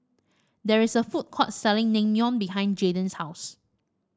there is a food court selling Naengmyeon behind Jaden's house